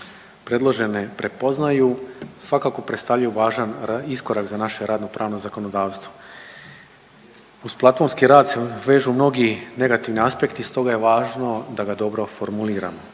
predložene prepoznaju svakako predstavljaju važan iskorak za naše radnopravno zakonodavstvo. Uz platformski rad se vežu mnogi negativni aspekti stoga je važno da ga dobro formuliramo.